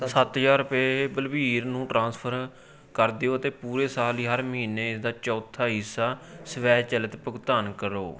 ਸੱਤ ਹਜ਼ਾਰ ਰੁਪਏ ਬਲਬੀਰ ਨੂੰ ਟ੍ਰਾਂਸਫਰ ਕਰ ਦਿਓ ਅਤੇ ਪੂਰੇ ਸਾਲ ਲਈ ਹਰ ਮਹੀਨੇ ਇਸਦਾ ਚੌਥਾ ਹਿੱਸਾ ਸਵੈਚਲਿਤ ਭੁਗਤਾਨ ਕਰੋ